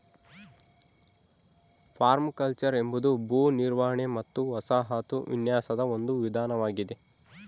permaculture ಎಂಬುದು ಭೂ ನಿರ್ವಹಣೆ ಮತ್ತು ವಸಾಹತು ವಿನ್ಯಾಸದ ಒಂದು ವಿಧಾನವಾಗೆದ